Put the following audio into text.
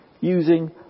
Using